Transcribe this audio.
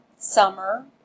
Summer